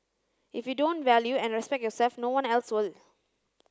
if you don't value and respect yourself no one else will